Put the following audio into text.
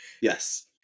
yes